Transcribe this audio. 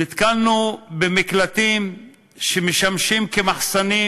נתקלנו במקלטים שמשמשים כמחסנים,